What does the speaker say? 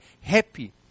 happy